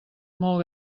molt